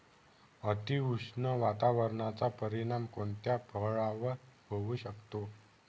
अतिउष्ण वातावरणाचा परिणाम कोणत्या फळावर होऊ शकतो?